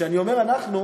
וכשאני אומר "אנחנו",